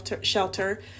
shelter